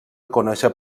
conèixer